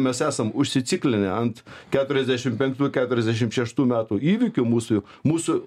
mes esam užsiciklinę ant keturiasdešimt penktų keturiasdešimt šeštų metų įvykių mūsų mūsų